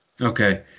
Okay